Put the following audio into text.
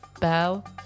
bell